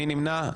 מי נמנע?